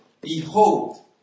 Behold